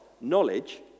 Knowledge